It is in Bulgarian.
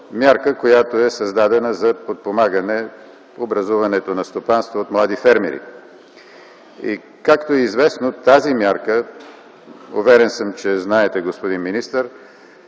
мярка, създадена за подпомагане образуването на стопанства от млади фермери. Както е известно, тази мярка уверен съм, че я знаете, господин министър,